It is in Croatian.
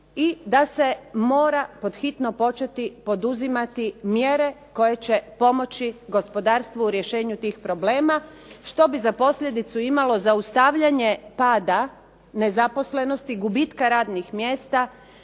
i da se mora pod hitno početi poduzimati mjere koje će pomoći gospodarstvu u rješenju tih problema što bi za posljedicu imalo zaustavljanje pada nezaposlenosti, gubitka radnih mjesta,